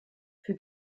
für